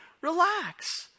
Relax